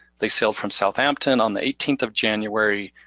they sailed from southampton on the eighteenth of january,